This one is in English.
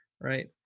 right